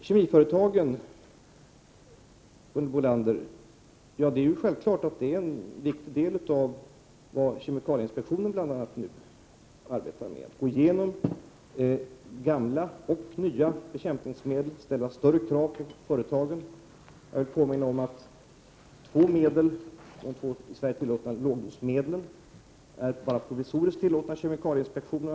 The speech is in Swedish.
Kemiföretagen, Gunhild Bolander, är självfallet en viktig del av vad kemikalieinspektionen nu arbetar med. Den går igenom gamla och nya bekämpningsmedel. Den ställer större krav på företagen. Jag vill påminna om att två lågdosmedel som är tillåtna i Sverige bara är provisoriskt tillåtna av kemikalieinspektionen.